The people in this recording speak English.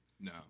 No